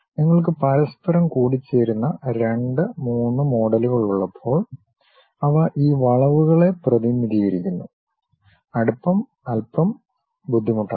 നിങ്ങൾക്ക് പരസ്പരം കൂടിച്ചേരുന്ന രണ്ട് മൂന്ന് മോഡലുകൾ ഉള്ളപ്പോൾ അവ ഈ വളവുകളെ പ്രതിനിധീകരിക്കുന്നു അടുപ്പം അല്പം ബുദ്ധിമുട്ടാണ്